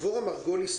דבורה מרגוליס,